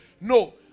no